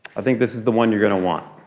i think this is the one you're gonna want.